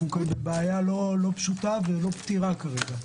אנחנו כאן בבעיה לא פשוטה ולא פתירה כרגע.